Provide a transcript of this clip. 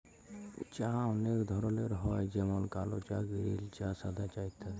চাঁ অলেক ধরলের হ্যয় যেমল কাল চাঁ গিরিল চাঁ সাদা চাঁ ইত্যাদি